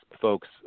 folks